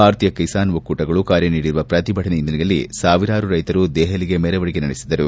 ಭಾರತೀಯ ಕಿಸಾನ್ ಒಕ್ಕೂಟಗಳು ಕರೆ ನೀಡಿರುವ ಪ್ರತಿಭಟನೆ ಹಿನ್ನೆಲೆಯಲ್ಲಿ ಸಾವಿರಾರು ರೈತರು ದೆಹಲಿಗೆ ಮೆರವಣಿಗೆ ನಡೆಸಿದರು